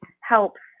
helps